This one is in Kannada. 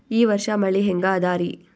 ಈ ವರ್ಷ ಮಳಿ ಹೆಂಗ ಅದಾರಿ?